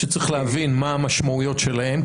שצריך להבין מה המשמעויות שלהם,